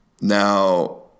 Now